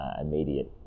immediate